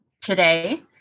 today